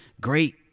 great